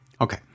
okay